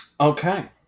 Okay